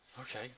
okay